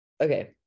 okay